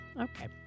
Okay